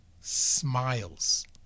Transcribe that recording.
smiles